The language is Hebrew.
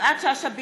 יפעת שאשא ביטון,